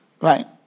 Right